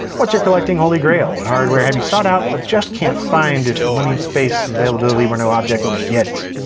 what's your collecting holy grail? what hardware have you sought out but just can't find? if money, space, availability were no object, what would you get?